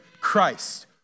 Christ